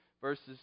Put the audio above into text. verses